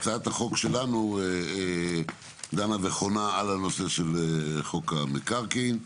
הצעת החוק שלנו דנה וחונה על הנושא של חוק המקרקעין.